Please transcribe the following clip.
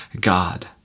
God